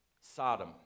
Sodom